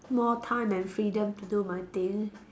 more time and freedom to do my things